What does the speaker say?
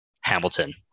Hamilton